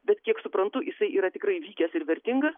bet kiek suprantu jisai yra tikrai vykęs ir vertingas